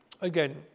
again